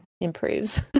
improves